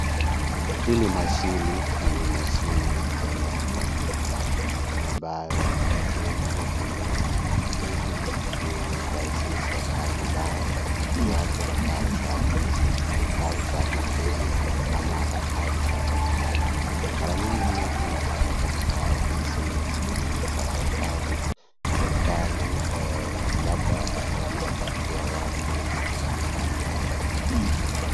Hili mashini, ni mashini aina ya computer ,ambayo watu wengi hutumia ili kurahisisha kazi zao, iwapo ni kazi za ofisi, kazi za kampuni ama ata kazi serikali. Mara nyingi unapata katika ofisi zingine za serikali, serikali ee labda wanaopatia watu machakula mbalimbali.